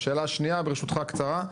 והשאלה השנייה, ברשותך, קצרה.